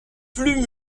plus